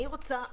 לדעתי,